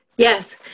Yes